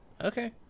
okay